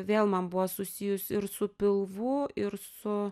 vėl man buvo susijus ir su pilvu ir su